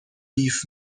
بیف